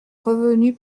revenus